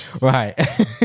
right